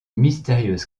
mystérieuse